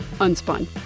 Unspun